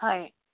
হয়